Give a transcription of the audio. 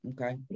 Okay